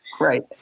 Right